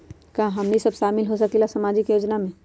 का हमनी साब शामिल होसकीला सामाजिक योजना मे?